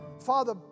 Father